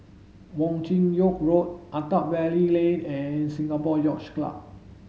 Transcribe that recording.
Wong Chin Yoke Road Attap Valley Lane and Singapore Yacht Club